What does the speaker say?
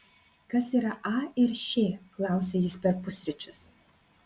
kas yra a ir š klausia jis per pusryčius